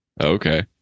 Okay